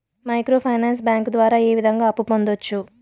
micro finance bank ద్వారా ఏ విధంగా అప్పు పొందొచ్చు